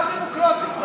מה דמוקרטית?